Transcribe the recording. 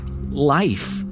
life